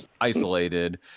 isolated